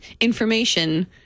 information